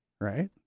right